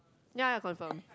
ya ya confirm